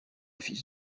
fils